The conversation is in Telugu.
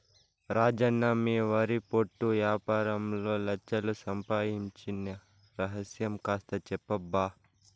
రాజన్న మీ వరి పొట్టు యాపారంలో లచ్ఛలు సంపాయించిన రహస్యం కాస్త చెప్పబ్బా